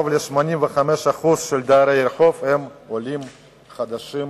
הם עולים חדשים,